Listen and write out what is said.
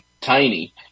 tiny